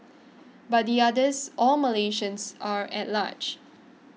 but the others all Malaysians are at large